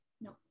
no